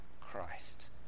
Christ